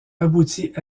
aboutit